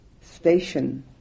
station